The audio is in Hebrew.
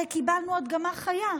הרי קיבלנו הדגמה חיה.